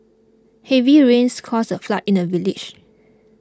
heavy rains caused a flood in the village